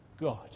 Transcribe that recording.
God